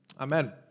Amen